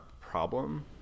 problem